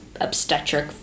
obstetric